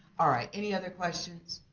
alright, any other questions?